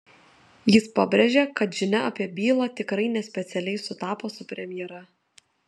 jis pabrėžė kad žinia apie bylą tikrai ne specialiai sutapo su premjera